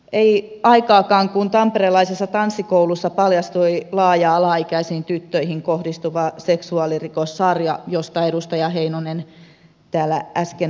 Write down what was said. ei aikaakaan kun tamperelaisessa tanssikoulussa paljastui laaja alaikäisiin tyttöihin kohdistuva seksuaalirikossarja josta edustaja heinonen täällä äsken mainitsi